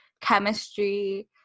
chemistry